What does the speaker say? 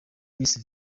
miss